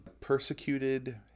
Persecuted